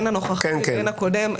הן הנוכחי והן הקודם,